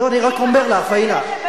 לא, אני רק אומר לך, פאינה.